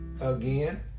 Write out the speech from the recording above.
again